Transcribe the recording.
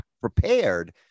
prepared